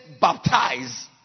baptize